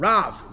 Rav